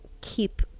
keep